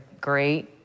great